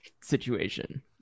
situation